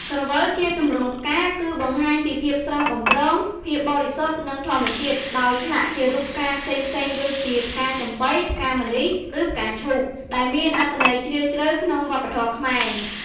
ក្រវិលជាទម្រង់ផ្កា គឺបង្ហាញពីភាពស្រស់បំព្រង ភាពបរិសុទ្ធ និងធម្មជាតិ ដោយឆ្លាក់ជារូបផ្កាផ្សេងៗដូចជា ផ្កាចំប៉ី ផ្កាម្លិះ ឬផ្កាឈូក ដែលមានអត្ថន័យជ្រាលជ្រៅក្នុងវប្បធម៌ខ្មែរ។